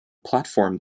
platform